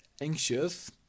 anxious